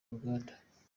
ruganda